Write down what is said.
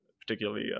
particularly